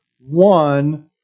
one